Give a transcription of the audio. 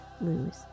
lose